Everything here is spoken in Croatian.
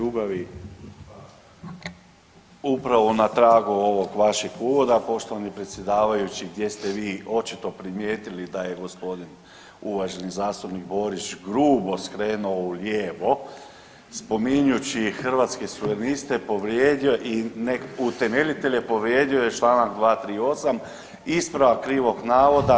Upravo na tragu ovog vašeg uvoda poštovani predsjedavajući gdje ste vi očito primijetili da je gospodin uvaženi zastupnik Borić grubo skrenuo u lijevo spominjući Hrvatske suvereniste povrijedio, i utemeljitelje povrijedio je članak 238. ispravak krivog navoda.